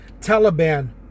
Taliban